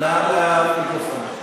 מהמיקרופון.